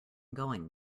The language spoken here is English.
going